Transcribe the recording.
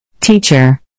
Teacher